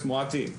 מואטי,